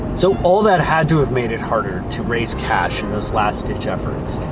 so all that had to have made it harder to raise cash in those last ditch efforts.